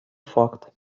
факт